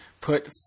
put